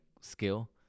skill